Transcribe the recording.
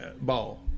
Ball